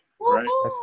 Right